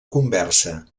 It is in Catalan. conversa